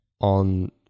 on